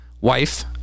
wife